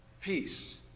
peace